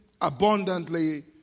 abundantly